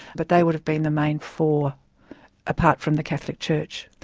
but they would have been the main four apart from the catholic church.